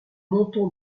montons